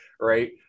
right